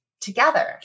together